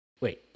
Wait